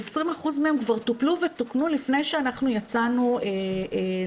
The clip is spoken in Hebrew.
אבל 20% מהן כבר טופלו ותוקנו לפני שיצאנו לדרך.